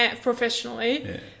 professionally